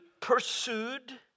pursued